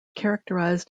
characterized